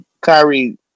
Kyrie